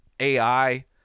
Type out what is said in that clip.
AI